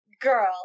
girl